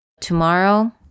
Tomorrow